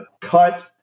cut